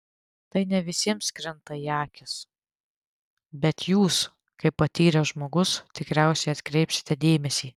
tai ne visiems krinta į akis bet jūs kaip patyręs žmogus tikriausiai atkreipsite dėmesį